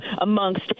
amongst